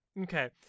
Okay